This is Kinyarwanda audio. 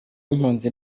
y’impunzi